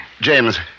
James